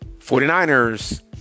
49ers